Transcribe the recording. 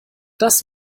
das